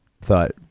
thought